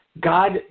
God